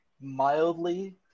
mildly